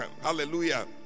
hallelujah